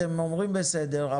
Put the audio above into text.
אתם אומרים בסדר,